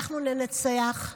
אנחנו ננצח.